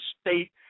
state